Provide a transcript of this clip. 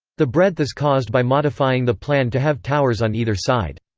the breadth is caused by modifying the plan to have towers on either side.